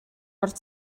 орж